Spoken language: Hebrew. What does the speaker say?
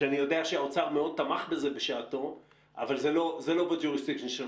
שאני יודע שהאוצר מאוד תמך בזה בשעתו אבל זה לא ב-jurisdiction שלך,